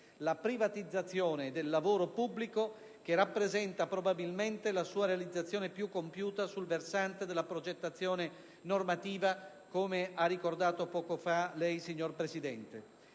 la privatizzazione del lavoro pubblico, che rappresenta probabilmente la sua realizzazione più compiuta sul versante della progettazione normativa, come lei, signor Presidente,